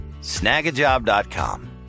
Snagajob.com